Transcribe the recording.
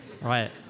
right